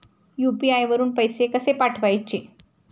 UPI वरून पैसे कसे पाठवायचे?